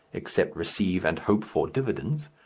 except receive and hope for dividends,